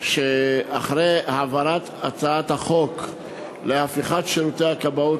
אחרי העברת הצעת החוק להפיכת שירותי הכבאות